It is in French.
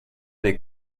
des